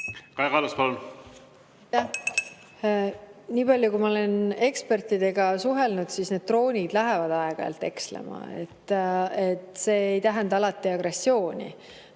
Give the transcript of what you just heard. palun! Aitäh! Niipalju, kui ma olen ekspertidega suhelnud, siis need droonid lähevad aeg-ajalt ekslema. See ei tähenda alati agressiooni.